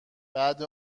بعد